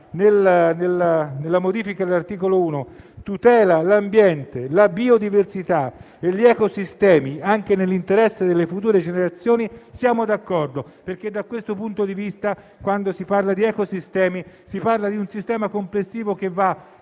nella modifica dell'articolo 1, di tutela dell'ambiente e della biodiversità e degli ecosistemi, anche nell'interesse delle future generazioni, siamo d'accordo perché, da questo punto di vista, quando si parla di ecosistemi, si parla di un sistema complessivo, che va